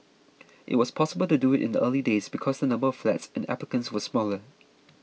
it was possible to do it in the early days because the number of flats and applicants were smaller